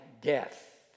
death